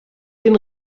den